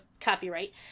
copyright